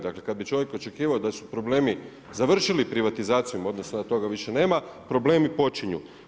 Dakle, kad bi čovjek očekivao da su problemi završili privatizacijom, odnosno, da toga više nema problemi počinju.